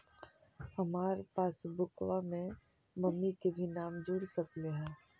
हमार पासबुकवा में मम्मी के भी नाम जुर सकलेहा?